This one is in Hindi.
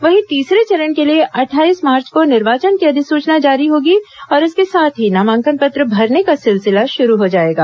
वहीं तीसरे चरण के लिए अट्ठाईस मार्च को निर्वाचन की अधिसूचना जारी होगी और इसके साथ ही नामांकन पत्र भरने का सिलसिला शुरू हो जाएगा